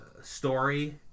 story